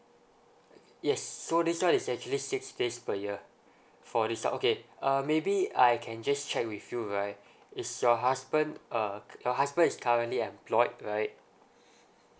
yes so this one is actually six days per year for this one okay uh maybe I can just check with you right is your husband uh your husband is currently employed right